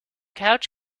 couch